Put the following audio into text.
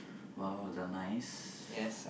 !wow! the nice